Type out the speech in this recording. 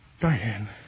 Diane